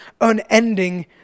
unending